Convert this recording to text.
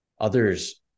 Others